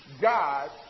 God